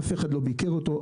אף אחד לא ביקר אותו,